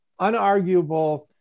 unarguable